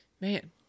Man